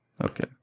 Okay